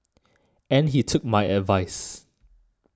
and he took my advice